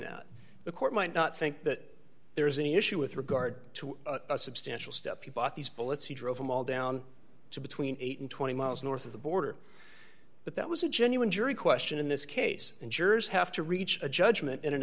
that the court might not think that there is any issue with regard to a substantial step you bought these bullets he drove them all down to between eight and twenty miles north of the border but that was a genuine jury question in this case and jurors have to reach a judgment in an